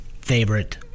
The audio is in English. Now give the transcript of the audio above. favorite